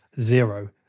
zero